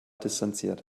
distanziert